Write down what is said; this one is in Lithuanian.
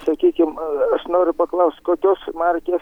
sakykim aš noriu paklaust kokios markės